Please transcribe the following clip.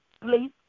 please